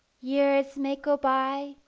years may go by,